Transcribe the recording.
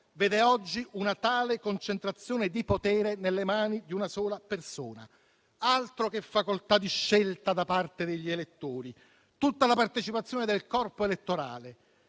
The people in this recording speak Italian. vede oggi una tale concentrazione di potere nelle mani di una sola persona. Altro che facoltà di scelta da parte degli elettori: tutta la partecipazione del corpo elettorale